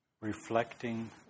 reflecting